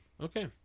Okay